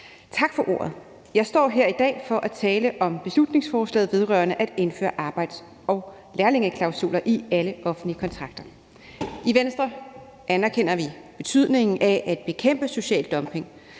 Tak for ordet. Jeg står her i dag for at tale om beslutningsforslaget vedrørende at indføre arbejds- og lærlingeklausuler i alle offentlige kontrakter. I Venstre anerkender vi betydningen af at bekæmpe social dumping.